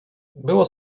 było